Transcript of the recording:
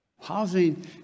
Housing